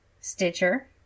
Stitcher